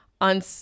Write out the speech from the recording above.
on